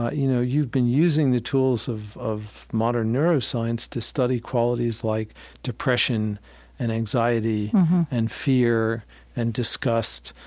ah you know, you've been using the tools of of modern neuroscience to study qualities like depression and anxiety and fear and disgust.